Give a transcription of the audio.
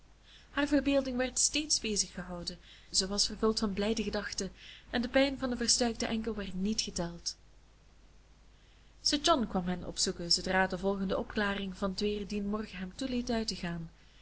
haar verbeelding werd steeds bezig gehouden ze was vervuld van blijde gedachten en de pijn van den verstuikten enkel werd niet geteld sir john kwam hen opzoeken zoodra de volgende opklaring van t weer dien morgen hem toeliet uit te gaan